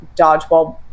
dodgeball